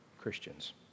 Christians